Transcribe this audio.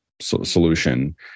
solution